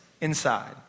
inside